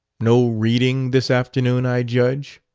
no reading this afternoon, i judge.